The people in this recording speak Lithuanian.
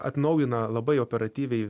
atnaujina labai operatyviai